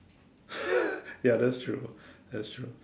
ya that's true that's true